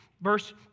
Verse